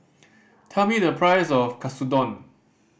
tell me the price of Katsudon